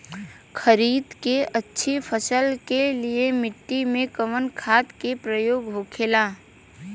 खरीद के अच्छी फसल के लिए मिट्टी में कवन खाद के प्रयोग होखेला?